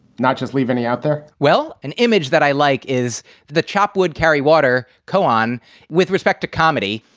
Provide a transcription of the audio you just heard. not just leave any out there? well, an image that i like is the chop wood carry water koan with respect to comedy.